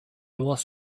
was